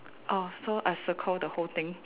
oh so I circle the whole thing